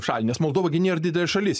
šalį nes moldova gi nėra didelė šalis